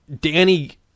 danny